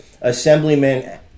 Assemblyman